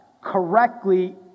correctly